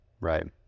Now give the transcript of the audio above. Right